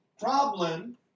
problem